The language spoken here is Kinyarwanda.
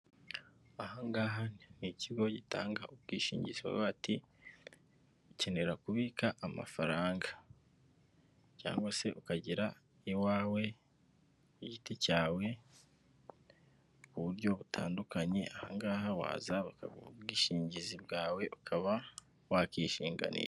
Aha ngaha ni mu kigo gitanga ubwishingizi, bavuga bati ukenera kubika amafaranga cyangwa se ukagira iwawe ku giti cyawe ku buryo butandukanye. Aha ngaha waza ukabaha ubwishingizi bwawe, ukaba wakishinganisha.